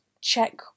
check